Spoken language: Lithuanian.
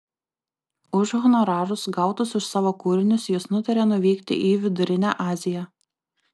už honorarus gautus už savo kūrinius jis nutarė nuvykti į vidurinę aziją